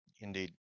Indeed